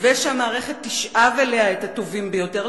והמערכת תשאב אליה את הטובים ביותר.